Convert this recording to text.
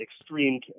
extreme